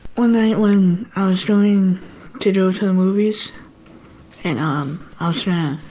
one night when i was going to go to movies and um ah so